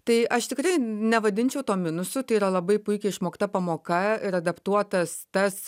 tai aš tikrai nevadinčiau to minusu tai yra labai puikiai išmokta pamoka ir adaptuotas tas